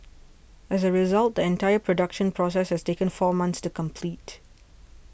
as a result the entire production process has taken four months to complete